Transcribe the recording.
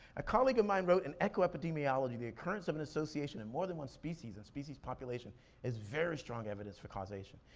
a colleague of mine wrote, in ecoepidemiology, the occurrence of an association in more than one species and species population is very strong evidence for causation.